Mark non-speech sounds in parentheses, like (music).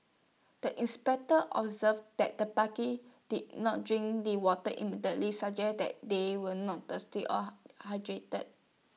the inspectors observed that the (unintelligible) did not drink the water immediately suggesting that they were not thirsty or hydrated